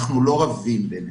אנחנו לא רבים בינינו,